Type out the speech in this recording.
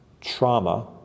trauma